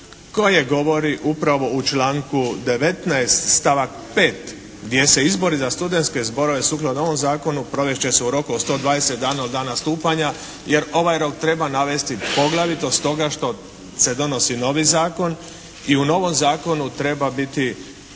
koji govori upravo u članku 19. stavak 5. gdje se izbori za studentske zborove sukladno ovom zakonu provest će se u roku od 120 dana od dana stupanja jer ovaj rok treba navesti poglavito stoga što se donosi novi zakon i u novom zakonu treba biti